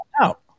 out